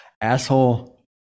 Asshole